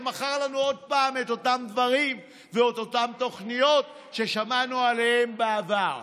שמכר לנו עוד פעם את אותם דברים ואת אותן תוכניות ששמענו עליהן בעבר.